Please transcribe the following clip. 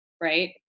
right